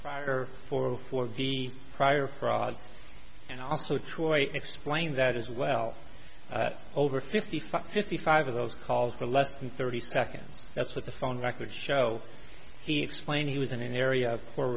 fire for the for the prior fraud and also troy explained that as well over fifty five fifty five of those calls were less than thirty seconds that's what the phone records show he explained he was in an area